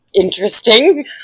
interesting